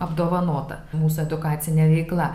apdovanota mūsų edukacinė veikla